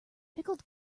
pickled